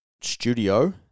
studio